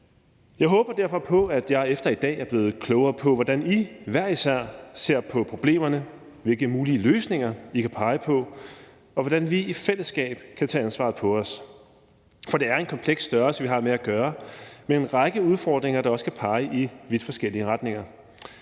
Jeg håber derfor på, at jeg efter i dag er blevet klogere på, hvordan I hver især ser på problemerne, hvilke mulige løsninger I kan pege på, og hvordan vi i fællesskab kan tage ansvaret på os. For det er en kompleks størrelse, vi har med at gøre, med en række udfordringer, der også kan pege i vidt forskellige retninger.